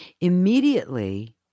immediately